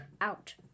out